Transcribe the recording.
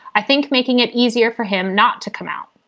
i think making it easier for him not to come out.